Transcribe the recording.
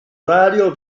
orario